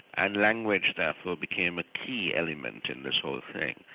and language therefore became a key element in this whole thing,